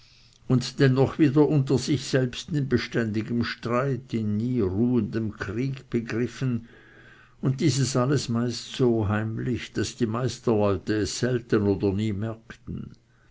und dennoch wieder unter sich selbst in beständigem streit in nie ruhendem krieg begriffen und dieses alles meist so heimlich daß die meisterleute es selten oder nie merkten